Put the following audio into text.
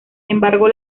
embargo